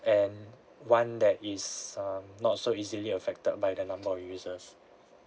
and one that is um not so easily affected by the number of users